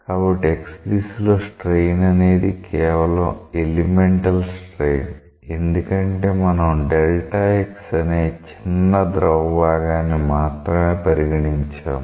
కాబట్టి x దిశలో strain అనేది కేవలం ఎలిమెంటల్ స్ట్రెయిన్ ఎందుకంటే మనం Δ x అనే చిన్న ద్రవ భాగాన్ని మాత్రమే పరిగణించాము